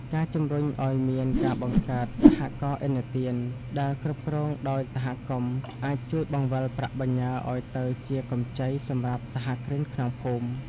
ការជំរុញឱ្យមានការបង្កើត "សហករណ៍ឥណទាន" ដែលគ្រប់គ្រងដោយសហគមន៍ អាចជួយបង្វិលប្រាក់បញ្ញើឱ្យទៅជាកម្ចីសម្រាប់សហគ្រិនក្នុងភូមិ។